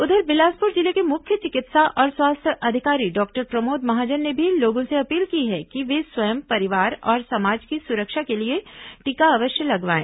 उधर बिलासपुर जिले के मुख्य चिकित्सा और स्वास्थ्य अधिकारी डॉक्टर प्रमोद महाजन ने भी लोगों से अपील की है कि वे स्वयं परिवार और समाज की सुरक्षा के लिए टीका अवश्य लगवाएं